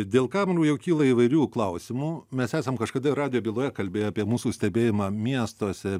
dėl kamerų jau kyla įvairių klausimų mes esam kažkada ir radijo byloje kalbėję apie mūsų stebėjimą miestuose